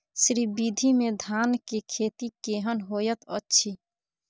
श्री विधी में धान के खेती केहन होयत अछि?